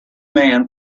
man